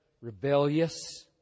rebellious